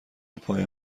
پای